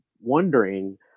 wondering